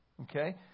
Okay